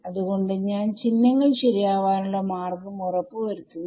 അത്കൊണ്ടാണ് ഞാൻ ചിഹ്നങ്ങൾ ശരിയാവാനുള്ള മാർഗം ഉറപ്പ് വരുത്തുന്നത്